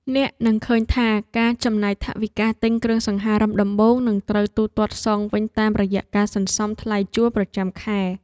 អ្នកនឹងឃើញថាការចំណាយថវិកាទិញគ្រឿងសង្ហារិមដំបូងនឹងត្រូវទូទាត់សងវិញតាមរយៈការសន្សំថ្លៃជួលប្រចាំខែ។